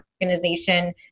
organization